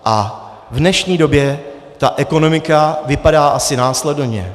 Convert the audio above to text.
V dnešní době ekonomika vypadá asi následovně.